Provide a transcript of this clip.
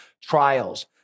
trials